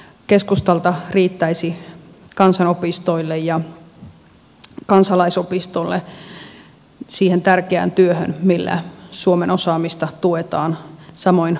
keskustalta riittäisi kansanopistoille ja kansalaisopistoille siihen tärkeään työhön millä suomen osaamista tuetaan samoin homekouluihin